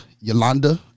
Yolanda